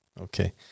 Okay